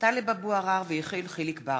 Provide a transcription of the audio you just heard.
טלב אבו עראר ויחיאל חיליק בר